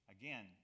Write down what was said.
Again